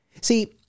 See